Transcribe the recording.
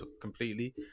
completely